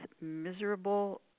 miserable